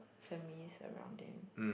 families around them